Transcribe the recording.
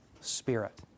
spirit